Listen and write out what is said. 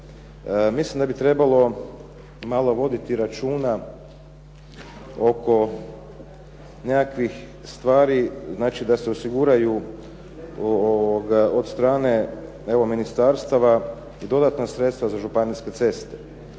mislim da bi trebalo malo voditi računa oko nekakvih stvari, znači da se osiguraju evo od stane ministarstava i dodatna sredstva za županijske ceste.